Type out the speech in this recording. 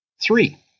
Three